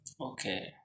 Okay